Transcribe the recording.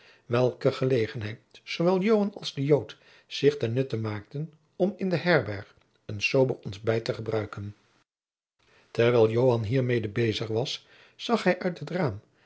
welke gelegenheid zoowel joan als de jood zich ten nutte maakten om in de herberg een sober ontbijt te gebruiken terwijl joan hiermede bezig was zag hij uit het raam